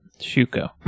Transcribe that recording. Shuko